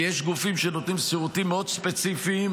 כי יש גופים שנותנים שירותים מאוד ספציפיים,